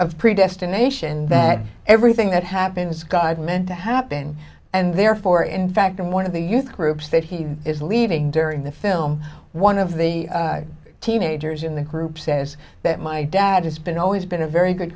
of predestination that everything that happens god meant to happen and therefore in fact in one of the youth groups that he is leaving during the film one of the teenagers in the group says that my dad has been always been a very good